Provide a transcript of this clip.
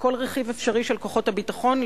כל רכיב אפשרי של כוחות הביטחון,